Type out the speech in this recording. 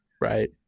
right